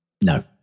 no